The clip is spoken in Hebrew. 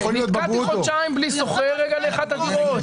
נתקעתי חודשיים בלי שוכר לאחת הדירות,